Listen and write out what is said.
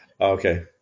Okay